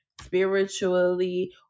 spiritually